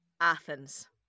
Athens